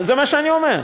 זה מה שאני אומר.